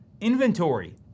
Inventory